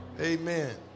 Amen